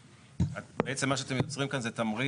ראשית, בעצם מה שאתם יוצרים כאן זה תמריץ